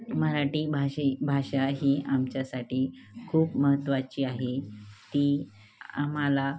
मराठी भाषे भाषा ही आमच्यासाठी खूप महत्त्वाची आहे ती आम्हाला